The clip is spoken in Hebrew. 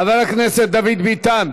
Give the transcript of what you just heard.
חבר הכנסת דוד ביטן,